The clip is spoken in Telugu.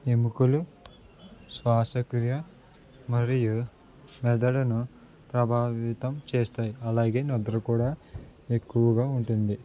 ఎముకలు శ్వాసక్రియ మరియు మెదడును ప్రభావితం చేస్తాయి అలాగే నిద్ర కూడా ఎక్కువగా ఉంటుంది